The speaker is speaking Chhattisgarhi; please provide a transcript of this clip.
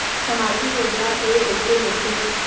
सामाजिक योजना के कइसे होथे?